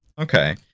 Okay